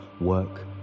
work